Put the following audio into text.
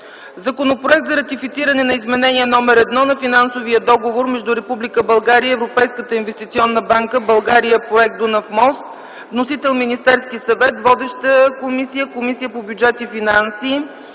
Законопроект за ратифициране на Изменение № 1 на Финансовия договор между Република България и Европейската инвестиционна банка „България – Проект Дунав мост”. Вносител е Министерският съвет. Водеща е Комисията по бюджет и финанси.